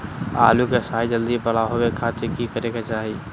आलू के साइज जल्दी बड़ा होबे खातिर की करे के चाही?